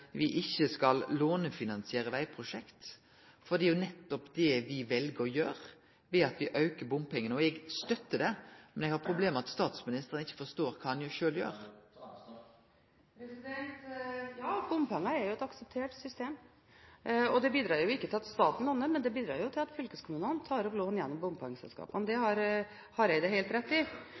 vi ikkje skal lånefinansiere vegprosjekt, for det er nettopp det vi vel å gjere ved at vi aukar bompengane. Eg støttar det, men eg har problem med at statsministeren ikkje forstår kva han sjølv gjer. Ja, bompenger er et akseptert system. Det bidrar ikke til at staten låner, men det bidrar til at fylkeskommunen tar opp lån gjennom bompengeselskapene. Det har representanten Hareide helt rett i.